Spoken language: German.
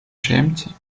schämt